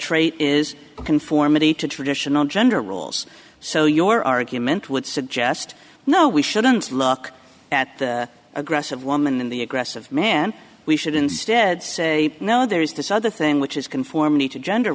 trait is conformity to traditional gender roles so your argument would suggest no we shouldn't look at the aggressive woman in the aggressive man we should instead say no there is this other in which is conformity to gender